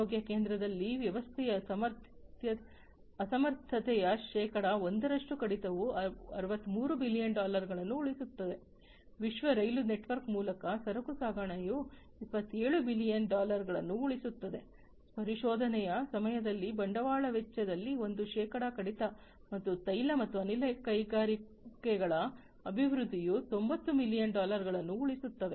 ಆರೋಗ್ಯ ಕೇಂದ್ರದಲ್ಲಿ ವ್ಯವಸ್ಥೆಯ ಅಸಮರ್ಥತೆಯ ಶೇಕಡಾ 1 ರಷ್ಟು ಕಡಿತವು 63 ಬಿಲಿಯನ್ ಡಾಲರ್ಗಳನ್ನು ಉಳಿಸುತ್ತದೆ ವಿಶ್ವ ರೈಲು ನೆಟ್ವರ್ಕ್ ಮೂಲಕ ಸರಕು ಸಾಗಣೆಯು 27 ಬಿಲಿಯನ್ ಡಾಲರ್ಗಳನ್ನು ಉಳಿಸುತ್ತದೆ ಪರಿಶೋಧನೆಯ ಸಮಯದಲ್ಲಿ ಬಂಡವಾಳ ವೆಚ್ಚದಲ್ಲಿ ಒಂದು ಶೇಕಡಾ ಕಡಿತ ಮತ್ತು ತೈಲ ಮತ್ತು ಅನಿಲ ಕೈಗಾರಿಕೆಗಳ ಅಭಿವೃದ್ಧಿಯು 90 ಬಿಲಿಯನ್ ಡಾಲರ್ಗಳನ್ನು ಉಳಿಸುತ್ತದೆ